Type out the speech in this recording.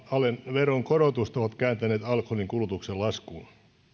veronkorotusta ovat kääntäneet alkoholin kulutuksen laskuun